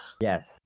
Yes